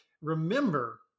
Remember